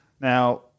Now